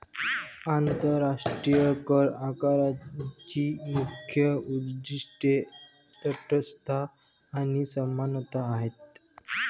आंतरराष्ट्रीय करआकारणीची मुख्य उद्दीष्टे तटस्थता आणि समानता आहेत